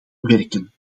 werken